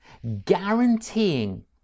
guaranteeing